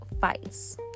fights